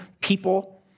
people